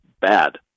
bad